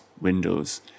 windows